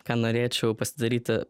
ką norėčiau pasidaryti